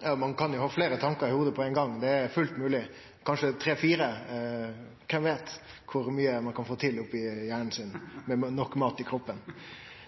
Ein kan jo ha fleire tankar i hovudet på ein gong – det er fullt mogleg – kanskje til og med tre–fire tankar. Kven veit kor mykje ein kan få til med hjernen sin med nok mat i kroppen.